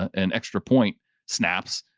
an extra point snaps.